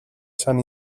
san